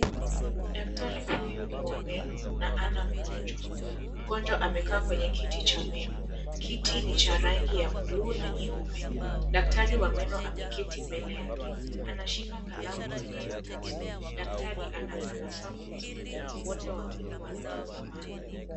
Daktari huyu ni wa meno na ana mgonjwa. Mgonjwa amekaa kwenye kiti cha meno. Kiti ni cha rangi ya bluu na nyeupe. Daktari wa meno amekiti pele hakiwaanashika kalamu na karatasi. Daktari anatabasa mzuri. Wote wawili wanatazamana.